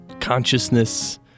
Consciousness